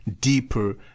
deeper